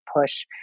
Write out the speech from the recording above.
push